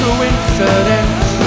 coincidence